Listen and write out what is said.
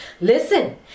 listen